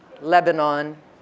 Lebanon